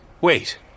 Wait